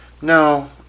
No